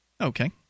Okay